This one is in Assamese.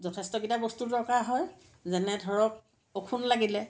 যথেষ্টকেইটা বস্তুৰ দৰকাৰ হয় যেনে ধৰক ওখোন লাগিলে